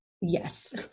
yes